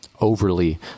overly